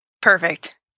Perfect